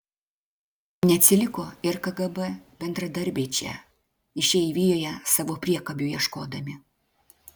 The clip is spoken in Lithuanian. neatsiliko ir kgb bendradarbiai čia išeivijoje savo priekabių ieškodami